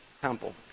temple